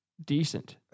Decent